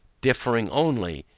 differing only,